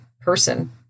person